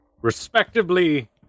respectively